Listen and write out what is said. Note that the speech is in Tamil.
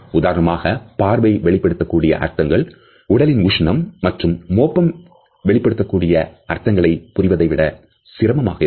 உதாரணமாக பார்வை வெளிப்படுத்தக்கூடிய அர்த்தங்கள் உடலின் உஷ்ணம் மற்றும் மோப்பம் வெளிப்படுத்தக்கூடிய அர்த்தங்களை புரிவதை விட சிரமமாக இருக்கும்